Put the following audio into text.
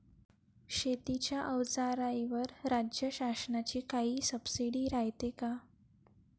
शेतीच्या अवजाराईवर राज्य शासनाची काई सबसीडी रायते का?